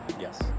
Yes